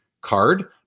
card